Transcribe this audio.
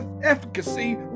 efficacy